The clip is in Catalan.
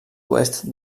oest